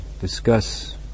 discuss